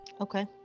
Okay